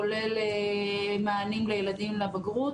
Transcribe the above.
כולל מענים לילדים לבגרות.